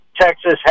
Texas